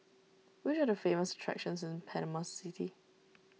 which are the famous attractions in Panama City